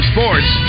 Sports